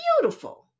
beautiful